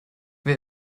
wer